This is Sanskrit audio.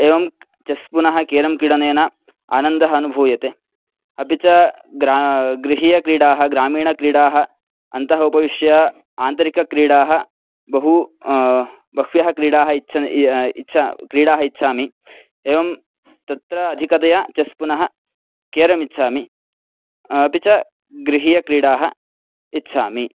एवं कः चेस् पुनः केरं क्रीडनेन आनन्दः अनुभूयते अपि च ग्रा गृहीयक्रीडाः ग्रामीणक्रीडाः अन्तः उपविश्य आन्तरिकक्रीडाः बहू बह्व्यः क्रीडाः इच्छा इच्छा क्रीडाः इच्छामि एवं तत्र अधिकतया चेस् पुनः केरम् इच्छामि अपि च गृहीयक्रीडाः इच्छामि